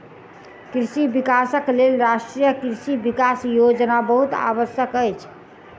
कृषि विकासक लेल राष्ट्रीय कृषि विकास योजना बहुत आवश्यक अछि